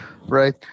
right